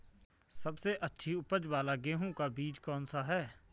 सबसे अच्छी उपज वाला गेहूँ का बीज कौन सा है?